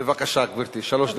בבקשה, גברתי, שלוש דקות.